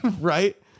right